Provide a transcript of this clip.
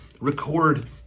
record